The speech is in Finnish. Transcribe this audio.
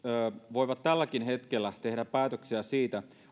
voivat tälläkin hetkellä tehdä päätöksiä siitä